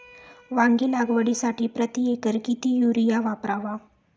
वांगी लागवडीसाठी प्रति एकर किती युरिया वापरावा?